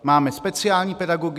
Máme speciální pedagogy.